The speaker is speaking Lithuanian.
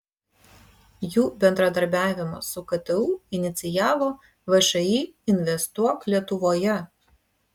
jų bendradarbiavimą su ktu inicijavo všį investuok lietuvoje